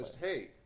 hey